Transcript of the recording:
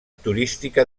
turística